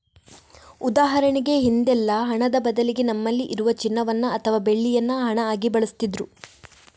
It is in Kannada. ಉದಾಹರಣೆಗೆ ಹಿಂದೆಲ್ಲ ಹಣದ ಬದಲಿಗೆ ನಮ್ಮಲ್ಲಿ ಇರುವ ಚಿನ್ನವನ್ನ ಅಥವಾ ಬೆಳ್ಳಿಯನ್ನ ಹಣ ಆಗಿ ಬಳಸ್ತಿದ್ರು